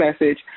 message